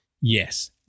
Yes